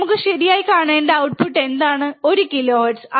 നമുക്ക് ശരിയായി കാണേണ്ട ഔട്ട്പുട്ട് എന്താണ് ഒരു കിലോഹെർട്സ്